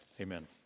Amen